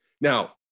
now